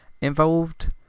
involved